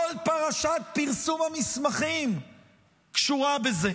כל פרשת פרסום המסמכים קשורה בזה.